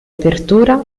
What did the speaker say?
apertura